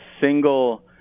single